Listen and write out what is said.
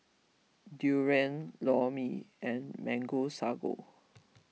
Durian Lor Mee and Mango Sago